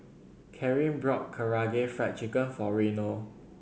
Karyn bought Karaage Fried Chicken for Reno